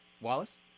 Wallace